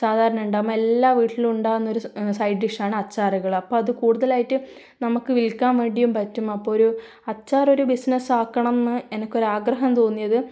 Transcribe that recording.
സാധാരണ ഉണ്ടാകുമ്പോൾ എല്ലാ വീട്ടിലുണ്ടാകുന്നൊരു സൈഡ് ഡിഷ് ആണ് അച്ചാറുകൾ അപ്പോൾ അത് കൂടുതലായിട്ട് നമുക്ക് വിൽക്കാൻ വേണ്ടിയും പറ്റും അപ്പോൾ ഒരു അച്ചാർ ഒരു ബിസിനസ് ആക്കണം എന്ന് എനിക്ക് ഒരു ആഗ്രഹം തോന്നിയത്